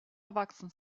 erwachsen